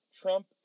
Trump